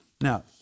Now